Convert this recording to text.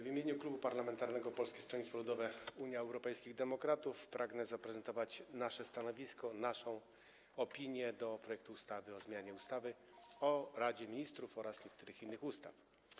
W imieniu Klubu Poselskiego Polskiego Stronnictwa Ludowego - Unii Europejskich Demokratów pragnę zaprezentować nasze stanowisko, naszą opinię co do projektu ustawy o zmianie ustawy o Radzie Ministrów oraz niektórych innych ustaw.